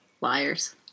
Liars